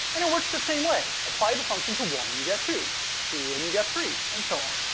and it works the same way apply the function to one, you get two two and you get three. and so on.